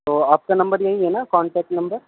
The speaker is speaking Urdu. تو آپ کا نمبر یہی ہے نا کانٹیک نمبر